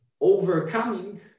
overcoming